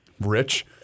Rich